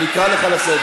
אינה נוכחת,